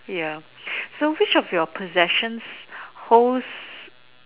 ya so which of your possessions holds